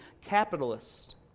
capitalist